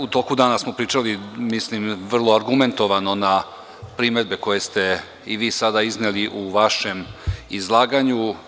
U toku dana smo pričali vrlo argumentovano na primedbe koje ste i vi sada izneli u vašem izlaganju.